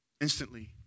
instantly